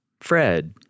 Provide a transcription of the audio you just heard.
Fred